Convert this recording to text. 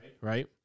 right